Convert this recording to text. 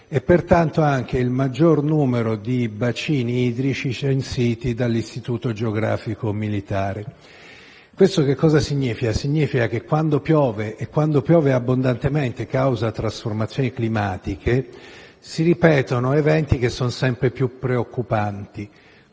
e pertanto ha anche il maggior numero di bacini idrici censiti dall'Istituto geografico militare. Questo significa che quando piove, e quando piove abbondantemente a causa delle trasformazioni climatiche, si ripetono eventi che sono sempre più preoccupanti.